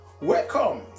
welcome